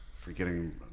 forgetting